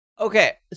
Okay